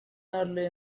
early